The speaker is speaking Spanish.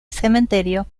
cementerio